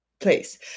place